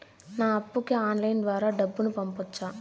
నా అప్పుకి ఆన్లైన్ ద్వారా డబ్బును పంపొచ్చా